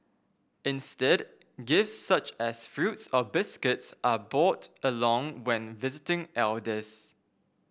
instead gifts such as fruits or biscuits are brought along when visiting elders